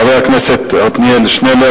חבר הכנסת עתניאל שנלר,